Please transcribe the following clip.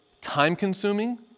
time-consuming